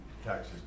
taxes